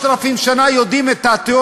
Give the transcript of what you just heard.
יש לך עוד עשר שניות.